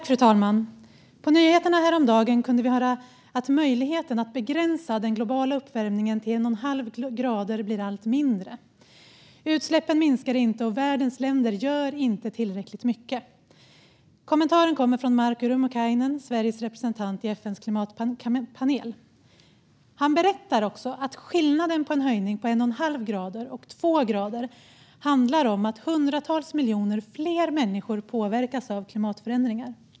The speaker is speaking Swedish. Fru talman! På nyheterna häromdagen kunde vi höra att möjligheten att begränsa den globala uppvärmningen till en och en halv grad blir allt mindre. Utsläppen minskar inte, och världens länder gör inte tillräckligt mycket. Den kommentaren kommer från Markku Rummukainen, Sveriges representant i FN:s klimatpanel. Han berättar också att skillnaden mellan en och en halv grad och två grader i höjning handlar om hundratals miljoner fler människor som påverkas av klimatförändringar.